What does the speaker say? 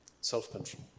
Self-control